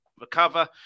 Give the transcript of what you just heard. recover